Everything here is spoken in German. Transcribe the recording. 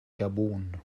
gabun